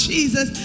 Jesus